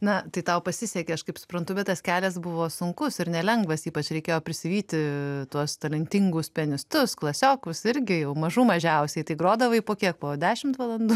na tai tau pasisekė aš kaip suprantu bet tas kelias buvo sunkus ir nelengvas ypač reikėjo prisivyti tuos talentingus pianistus klasiokus irgi jau mažų mažiausiai tai grodavai po kiek po dešim valandų